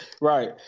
Right